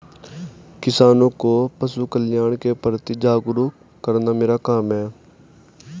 किसानों को पशुकल्याण के प्रति जागरूक करना मेरा काम है